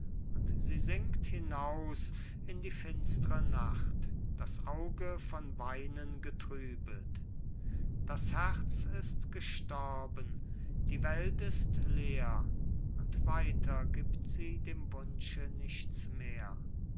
und sie singt hinaus in die finstre nacht das auge von weinen getrübet das herz ist gestorben die welt ist leer und weiter gibt sie dem wunsche nichts mehr